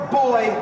boy